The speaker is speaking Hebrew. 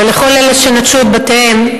ולכל אלה שנטשו את בתיהם,